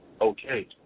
okay